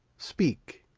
speak.